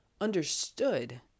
understood